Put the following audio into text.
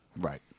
Right